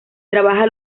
trabaja